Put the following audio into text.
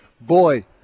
boy